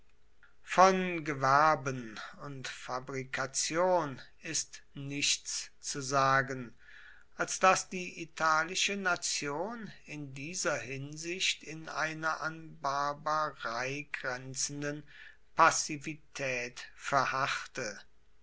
von gewerben und fabrikation ist nichts zu sagen als daß die italische nation in dieser hinsicht in einer an barbarei grenzenden passivität verharrte